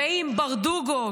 ואם ברדוגו,